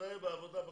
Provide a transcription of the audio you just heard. נתראה בעבודה בכנסת.